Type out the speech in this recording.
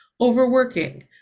overworking